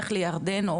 לך לירדן,